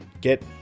get